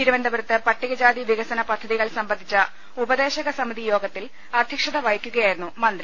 തിരുവനന്തപുരത്ത് പട്ടികജാതി വികസന പദ്ധതികൾ സംബന്ധിച്ച ഉപദേശക സമിതിയോഗത്തിൽ അധ്യ ക്ഷത വഹിക്കുകയായിരുന്നു മന്ത്രി